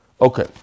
Okay